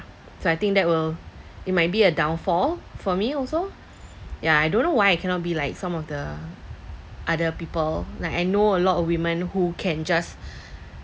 so I think that will it might be a downfall for me also ya I don't know why I cannot be like some of the other people like I know a lot of women who can just